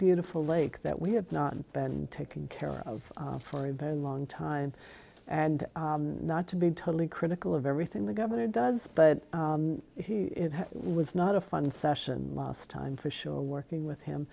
beautiful lake that we have not been taken care of for a very long time and not to be totally critical of everything the governor does but he was not a fun session last time for sure working with him